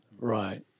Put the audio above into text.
Right